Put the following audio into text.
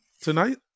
tonight